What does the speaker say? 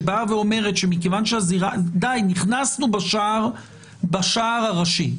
די, נכנסנו בשער הראשי.